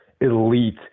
elite